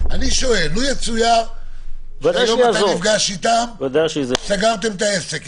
לו יצויר שהיום אתה נפגש איתם וסגרתם את העסק.